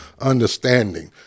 understanding